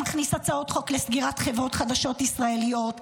שמכניס הצעות חוק לסגירת חברות חדשות ישראליות,